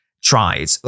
tried